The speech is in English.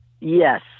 Yes